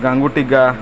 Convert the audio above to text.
ଗାଙ୍ଗୁଟିିକା